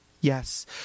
Yes